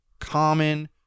common